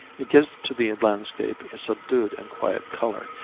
it gives to the landscape a subdued and quiet color,